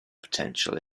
potential